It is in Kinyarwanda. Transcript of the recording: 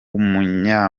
umunya